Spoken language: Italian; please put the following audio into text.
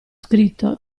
scritto